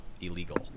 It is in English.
illegal